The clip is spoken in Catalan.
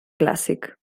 clàssic